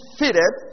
fitted